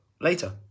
later